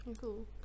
cool